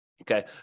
okay